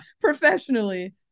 professionally